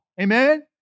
Amen